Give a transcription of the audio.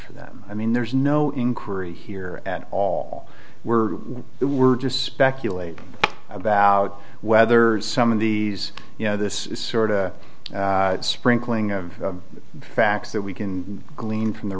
for them i mean there's no inquiry here at all we're we're just speculating about whether some of these you know this sort of sprinkling of facts that we can glean from the